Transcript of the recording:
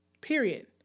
Period